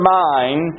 mind